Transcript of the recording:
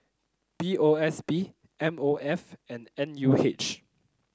B O S B M O F and N U H